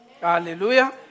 Hallelujah